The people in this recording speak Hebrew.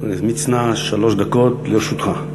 חבר הכנסת מצנע, שלוש דקות לרשותך.